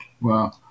Wow